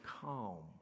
calm